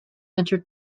entered